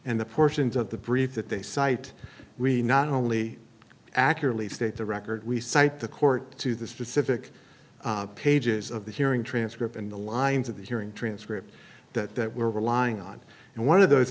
and the portions of the brief that they cite we not only accurately state the record we cite the court to the specific pages of the hearing transcript and the lines of the hearing transcript that we're relying on and one of those